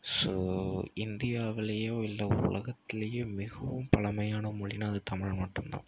so இந்தியாவிலயோ இல்லை உலகத்திலயே மிகவும் பழமையான மொழினால் அது தமிழ் மட்டுந்தான்